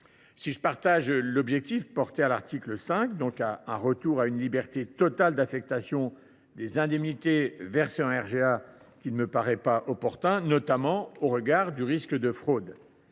Si nous partageons l’objectif de l’article 5, un retour à une liberté totale d’affectation des indemnités versées en RGA ne nous paraît pas opportun, notamment au regard du risque de fraude.